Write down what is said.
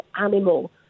animal